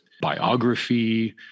biography